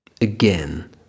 again